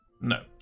No